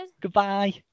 goodbye